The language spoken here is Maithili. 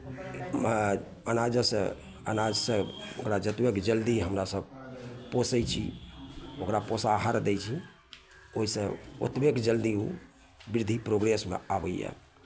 अनाजोसँ अनाजसँ ओकरा जतबेक जल्दी हमरासभ पोसै छी ओकरा पोषाहार दै छी ओहिसँ ओतबेक जल्दी ओ वृद्धि प्रोग्रेसमे आबैए